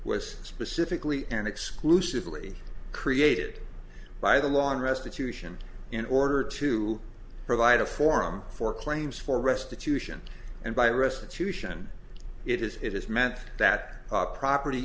was specifically and exclusively created by the law in restitution in order to provide a forum for claims for restitution and by restitution it is it is meant that property